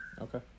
Okay